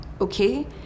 okay